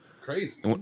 crazy